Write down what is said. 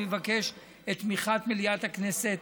אני מבקש את תמיכת מליאת הכנסת